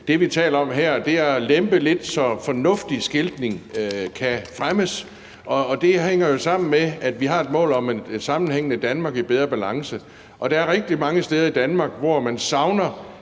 Det, vi taler om her, er at lempe lidt, så fornuftig skiltning kan fremmes. Det hænger jo sammen med, at vi har et mål om et sammenhængende Danmark i bedre balance, og der er rigtig mange steder i Danmark, hvor man savner